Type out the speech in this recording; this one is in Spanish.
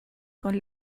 con